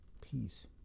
peace